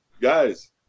Guys